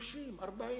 30 40 50,